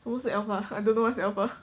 什么是 alpha I don't know what's alpha